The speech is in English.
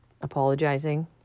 apologizing